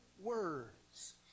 words